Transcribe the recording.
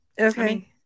Okay